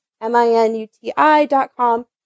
M-I-N-U-T-I.com